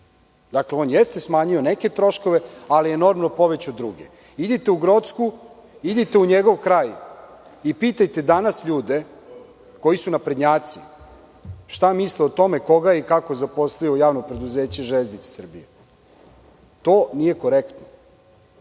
dakle, on jeste smanjio neke troškove ali je enormno povećao druge. Idite u Grocku, idite u njegov kraj i pitajte danas ljude koji su naprednjaci šta misle o tome koga je i kako zaposlio u JP „Železnice Srbije“. To nije korektno. Inače,